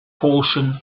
portion